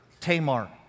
Tamar